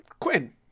Quinn